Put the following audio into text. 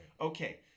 Okay